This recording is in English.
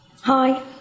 Hi